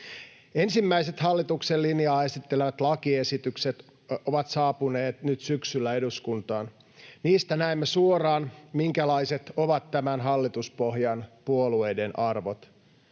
Ensimmäiset hallituksen linjaa esittelevät lakiesitykset ovat saapuneet nyt syksyllä eduskuntaan. Niistä näemme suoraan, minkälaiset ovat tämän hallituspohjan puolueiden arvot.